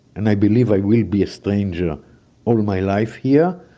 and i believe i will be a stranger all my life here.